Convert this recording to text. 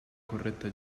corretta